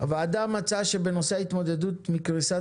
הוועדה מצאה בנושא ההתמודדות בנושא קריסת